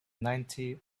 ninety